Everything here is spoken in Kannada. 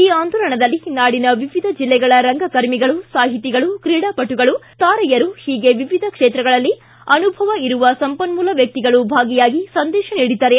ಈ ಆಂದೋಲನದಲ್ಲಿ ನಾಡಿನ ವಿವಿಧ ಜಿಲ್ಲೆಗಳ ರಂಗಕರ್ಮಿಗಳು ಸಾಹಿತಿಗಳು ಕ್ರೀಡಾಪಟುಗಳು ತಾರೆಯರು ಹೀಗೆ ವಿವಿಧ ಕ್ಷೇತ್ರಗಳಲ್ಲಿ ಅನುಭವ ಇರುವ ಸಂಪನ್ಮೂಲ ವ್ವಕ್ತಿಗಳು ಭಾಗಿಯಾಗಿ ಸಂದೇಶ ನೀಡಿದ್ದಾರೆ